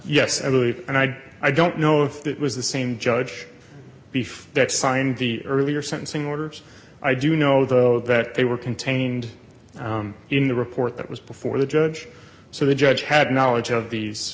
yes i believe and i i don't know if that was the same judge beef that signed the earlier sentencing orders i do know though that they were contained in the report that was before the judge so the judge had knowledge of these